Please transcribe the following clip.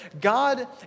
God